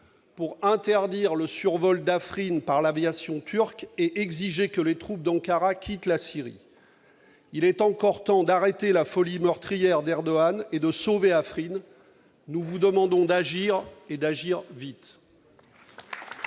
pour interdire le survol d'Afrine par l'aviation turque et exiger que les troupes d'Ankara quittent la Syrie ? Il est encore temps d'arrêter la folie meurtrière d'Erdogan et de sauver Afrine. Nous demandons au Gouvernement d'agir, et d'agir vite.